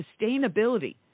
sustainability